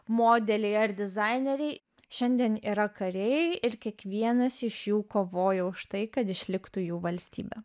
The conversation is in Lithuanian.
modeliai ar dizaineriai šiandien yra kariai ir kiekvienas iš jų kovojo už tai kad išliktų jų valstybė